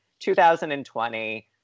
2020